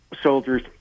soldiers